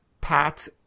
pat